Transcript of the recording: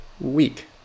week